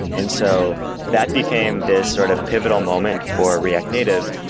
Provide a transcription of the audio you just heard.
and so that became this sort of pivotal moment for react native,